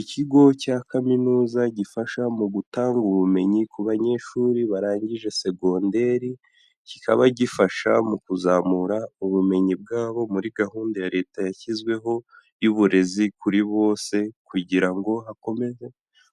Ikigo cya kaminuza gifasha mu gutanga ubumenyi ku banyeshuri barangije segonderi, kikaba gifasha mu kuzamura ubumenyi bwabo muri gahunda ya leta yashyizweho y'uburezi kuri bose kugira ngo hakomeze